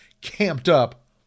camped-up